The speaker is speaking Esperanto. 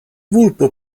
vulpo